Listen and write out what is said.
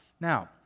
now